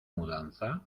mudanza